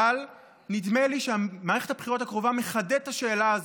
אבל נדמה לי שמערכת הבחירות הקרובה מחדדת את השאלה הזאת,